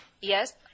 Yes